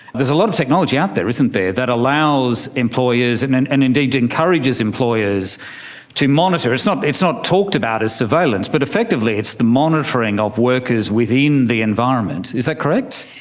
is a lot of technology out there, isn't there, that allows employers and and and indeed encourages employers to monitor, it's not it's not talked about as surveillance but effectively it's the monitoring of workers within the environment. is that correct?